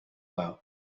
out